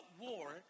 war